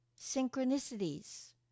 synchronicities